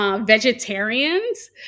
Vegetarians